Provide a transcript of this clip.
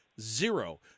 zero